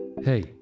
Hey